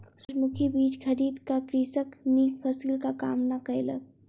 सूरजमुखी बीज खरीद क कृषक नीक फसिलक कामना कयलक